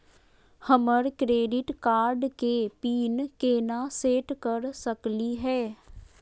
हमर credit card के PIN केना सेट कर सकली हे?